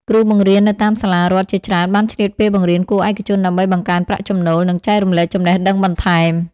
គ្រូបង្រៀននៅតាមសាលារដ្ឋជាច្រើនបានឆ្លៀតពេលបង្រៀនគួរឯកជនដើម្បីបង្កើនប្រាក់ចំណូល និងចែករំលែកចំណេះដឹងបន្ថែម។